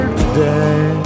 today